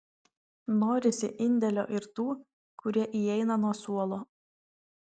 norisi indėlio ir tų kurie įeina nuo suolo